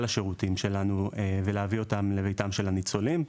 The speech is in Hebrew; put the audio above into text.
השירותים שלנו ולהביא אותם לביתם של הניצולים.